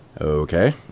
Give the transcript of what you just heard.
Okay